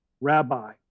rabbi